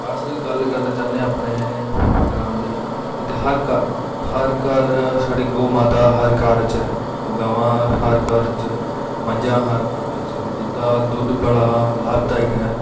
अस गल्ल करना चाह्न्ने आं अपने ग्रांऽ दी इत्थै हर घर हर घर साढ़ी गौ माता हर घर च गवां हर घर च मंझां हर घर बिच जिंदा दुद्ध बड़ा लाभदायक ऐ